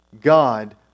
God